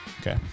Okay